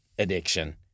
addiction